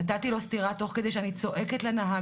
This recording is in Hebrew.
נתתי לו סטירה תוך כדי שאני צועקת לנהג